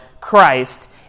christ